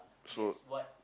so